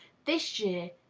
this year,